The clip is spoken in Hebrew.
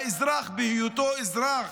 האזרח, בהיותו אזרח,